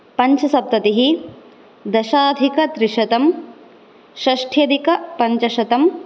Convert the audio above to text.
पञ्चसप्ततिः दशाधिकत्रिशतं षष्ठ्यधिकपञ्चशतं